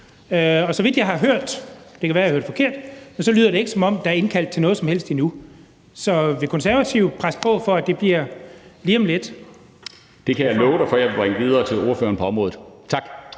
og så vidt jeg har hørt – det kan være, jeg har hørt forkert – lyder det ikke, som om der er indkaldt til noget som helst endnu. Så vil Konservative presse på for, at det bliver lige om lidt? Kl. 20:46 Niels Flemming Hansen (KF): Det kan jeg love dig for at jeg vil bringe videre til ordføreren på området. Tak.